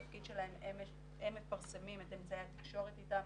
התפקיד שלהן הם מפרסמים את אמצעי התקשורת איתן,